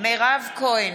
מירב כהן,